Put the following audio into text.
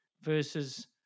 versus